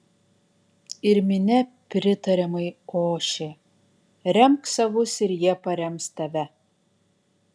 ir minia pritariamai ošė remk savus ir jie parems tave